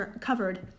covered